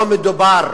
לא מדובר